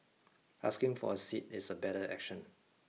asking for a seat is a better action